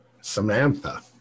Samantha